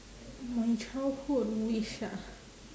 my childhood wish ah